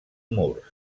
murs